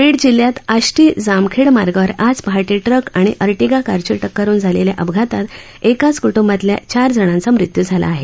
बीड जिल्ह्यात आष्टी जामखेड मार्गावर आज पहा ट्रक आणि अधिक कारची वेकर होऊन झालेल्या अपघातात एकाच कु िवितल्या चार जणांचा मृत्यू झाला आहे